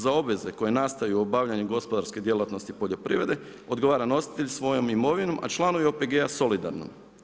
Za obveze koje nastaju obavljanju gospodarske djelatnosti poljoprivrede, odgovara nositelj svojom imovinom, a članovi OPG-a solidarno.